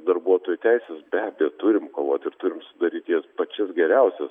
darbuotojų teises be abejo turim kovot ir turim sudaryt jas pačias geriausias